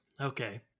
Okay